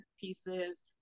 pieces